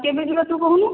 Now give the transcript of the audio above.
କେବେ ଯିବା ତୁ କହୁନୁ